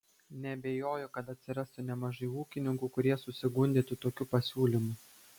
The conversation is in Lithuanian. neabejoju kad atsirastų nemažai ūkininkų kurie susigundytų tokiu pasiūlymu